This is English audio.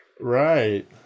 right